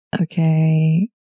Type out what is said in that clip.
Okay